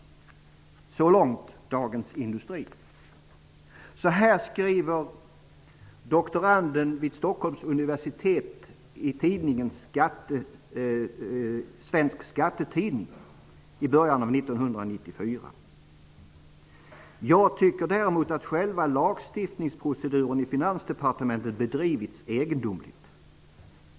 Så långt Dagens Industri. Så här skriver Roger Persson, doktorand vid Stockholms universitet, i en debattartikel i Svensk skattetidning i början av 1994: Jag tycker däremot att själva lagstiftningsproceduren i Finansdepartementet bedrivits egendomligt.